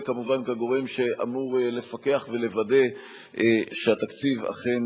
וכמובן כגורם שאמור לפקח ולוודא שהתקציב אכן